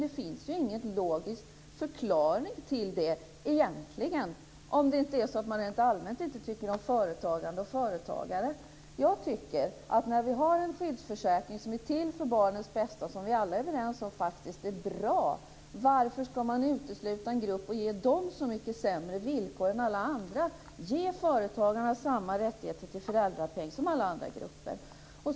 Det finns egentligen ingen logisk förklaring till det, om det inte är så att man rent allmänt inte tycker om företagande och företagare. När vi har en skyddsförsäkring som är till för barnens bästa, och som vi alla är överens om är bra, varför ska man utesluta en grupp och ge dem så mycket sämre villkor än alla andra? Ge företagarna samma rättigheter till föräldrapenning som alla andra grupper.